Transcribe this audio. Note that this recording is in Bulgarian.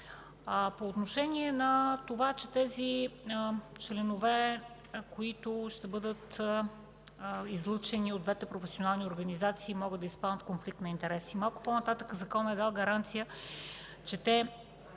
По отношение на това, че тези членове, които ще бъдат излъчени от двете професионални организации, могат да изпаднат в конфликт на интереси, малко по-нататък Законът е дал гаранция, че те